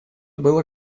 было